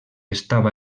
estava